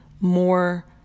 more